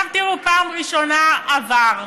תראו, פעם ראשונה, עבר,